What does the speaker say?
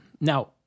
Now